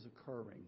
occurring